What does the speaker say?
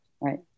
right